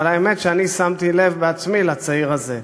אבל האמת שאני שמתי לב בעצמי לצעיר הזה,